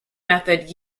method